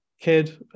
kid